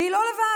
והיא לא לבד